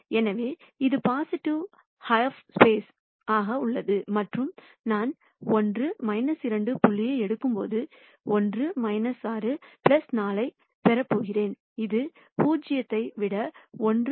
எனவே இது பொசிடிவிவாக ஹாஃப் ஸ்பேஸ் உள்ளது மற்றும் நான் 1 2 புள்ளியை எடுக்கும்போது 1 6 4 ஐப் பெறப் போகிறேன் இது 0 ஐ விட 1 6 குறைவாக இருக்கும்